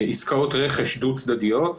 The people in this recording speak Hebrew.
עסקאות רכש דו-צדדיות,